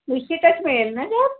निश्चितच मिळेल ना जॉब